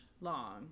long